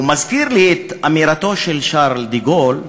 ומזכיר לי את אמירתו של שארל דה-גול,